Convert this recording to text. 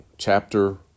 Chapter